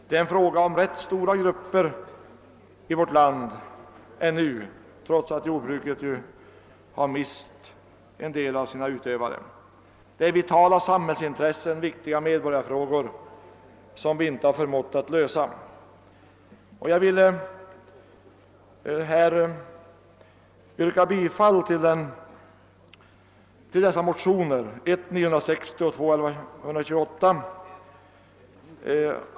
Detta gäller ännu ganska stora grupper i vårt land, trots att jordbruket har mist en del av sina utövare. Detta är vitala samhällsintressen som vi inte förmått tillgodose och viktiga medborgarproblem som vi inte förmått lösa. Jag yrkar bifall till motionerna 1: 960 och II: 1128.